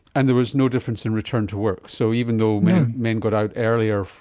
and there was no difference in return to work, so even though men men got out earlier,